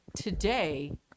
today